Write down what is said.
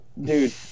Dude